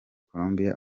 colombia